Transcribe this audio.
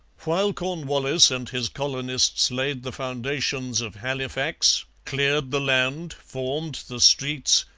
while cornwallis and his colonists laid the foundations of halifax, cleared the land, formed the streets,